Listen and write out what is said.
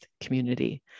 community